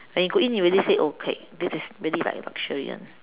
when you go in you already say okay this is really like luxury one